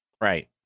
Right